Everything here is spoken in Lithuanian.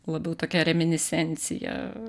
labiau tokia reminiscencija